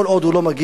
כל עוד הוא לא מגיע,